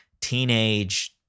teenage